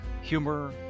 humor